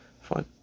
Fine